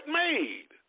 made